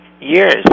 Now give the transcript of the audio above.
years